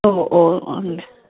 ഓ ഓ അങ്ങനെ